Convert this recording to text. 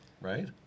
right